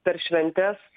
per šventes